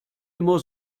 immer